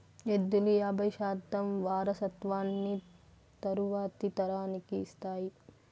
ఎద్దులు యాబై శాతం వారసత్వాన్ని తరువాతి తరానికి ఇస్తాయి